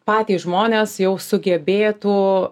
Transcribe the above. patys žmonės jau sugebėtų